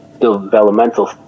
developmental